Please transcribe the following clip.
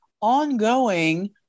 ongoing